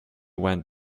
went